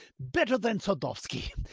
better than sadofski.